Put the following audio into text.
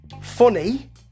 funny